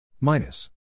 Minus